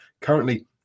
currently